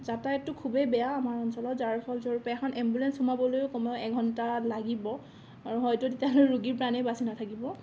যাতায়তটো খুবেই বেয়া আমাৰ অঞ্চলত যাৰ ফলস্বৰূপে এখন এম্বুলেঞ্চ সোমাবলৈ কমেও এঘণ্টা লাগিব আৰু হয়তো তেতিয়ালৈ ৰোগীৰ প্ৰাণেই বাচি নাথাকিব